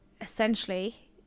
essentially